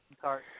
sorry